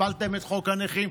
הפלתם את חוק הנכים.